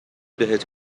بهت